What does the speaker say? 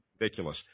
ridiculous